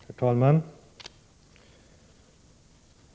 Herr talman!